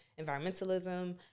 environmentalism